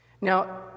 Now